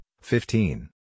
fifteen